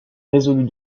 résolut